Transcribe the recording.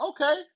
Okay